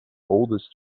oldest